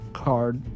card